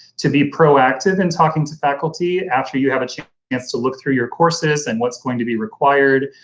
to be proactive and talking to faculty after you have a chance yeah to look through your courses and what's going to be required,